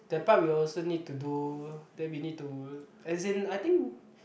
that part we also need to do then we need to as in I think